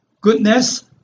goodness